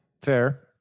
fair